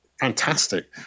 fantastic